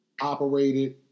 operated